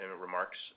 remarks